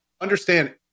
understand